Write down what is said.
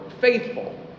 faithful